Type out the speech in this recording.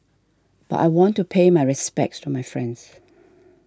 but I want to pay my respects to my friends